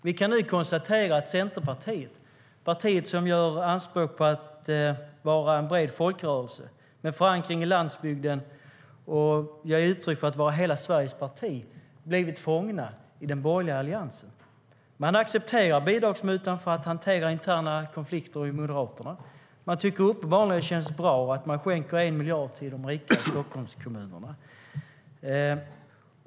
Vi kan konstatera att Centerpartiet, det parti som gör anspråk på att vara en bred folkrörelse med förankring i landsbygden och som ger uttryck för att vara hela Sveriges parti, blivit fånge i den borgerliga Alliansen. Man accepterar bidragsmutan för att hantera interna konflikter i Moderaterna. Man tycker uppenbarligen att det känns bra att skänka 1 miljard till de rika Stockholmskommunerna.